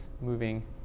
moving